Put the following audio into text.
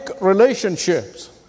relationships